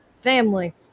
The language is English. family